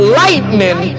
lightning